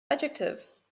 adjectives